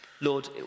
Lord